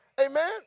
Amen